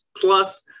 plus